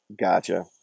Gotcha